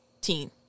teen